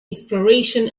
exploration